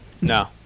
No